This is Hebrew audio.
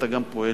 אתה גם פועל